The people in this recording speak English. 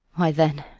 why then,